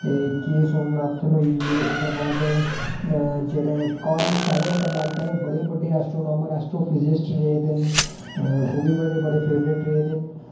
एह् के सोमनाथन होई गे ओह्दे बाद जेह्ड़े कार्लसैगन इक अमरीका दे बड़े बड्डे एस्ट्रोनामर एस्ट्रोफिज़िस्ट रेह्दे न ओह् बी मेरे बड़े फेवरेट रेह्दे न